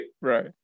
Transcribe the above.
Right